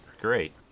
great